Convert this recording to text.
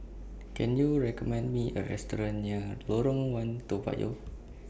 Can YOU recommend Me A Restaurant near Lorong one Toa Payoh